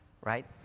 right